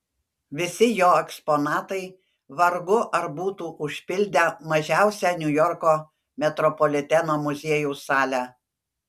visi jo eksponatai vargu ar būtų užpildę mažiausią niujorko metropoliteno muziejaus salę